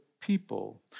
people